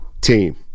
team